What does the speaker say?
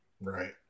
Right